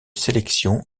sélection